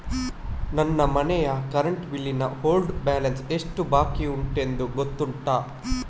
ನನ್ನ ಮನೆಯ current bill ನ ಓಲ್ಡ್ ಬ್ಯಾಲೆನ್ಸ್ ಎಷ್ಟು ಬಾಕಿಯುಂಟೆಂದು ಗೊತ್ತುಂಟ?